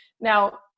Now